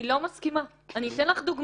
אני לא מסכימה עם זה, ואני אתן לך דוגמה.